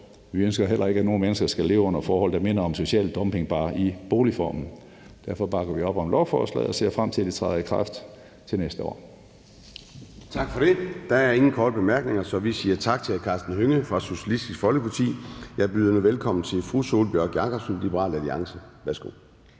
Vi ønsker heller ikke, at nogen mennesker skal leve under forhold, der minder om social dumping, bare i boligform. Derfor bakker vi op om lovforslaget og ser frem til, at loven træder i kraft til næste år. Kl. 10:24 Formanden (Søren Gade): Tak for det. Der er ingen korte bemærkninger, så vi siger tak til hr. Karsten Hønge fra Socialistisk Folkeparti. Jeg byder nu velkommen til fru Sólbjørg Jakobsen, Liberal Alliance. Værsgo.